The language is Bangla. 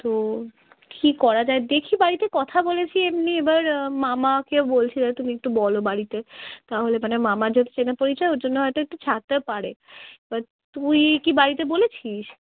তো কী করা যায় দেখি বাড়িতে কথা বলেছি এমনি এবার মামাকে বলছি এবার তুমি একটু বলো বাড়িতে তাহলে মানে মামার যেহেতু চেনা পরিচয় ওর জন্য হয়তো একটু ছাড়তে পারে এবার তুই কি বাড়িতে বলেছিস